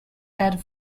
had